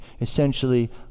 essentially